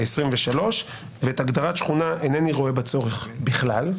23, ובהגדרת שכונה אינני רואה צורך בכלל.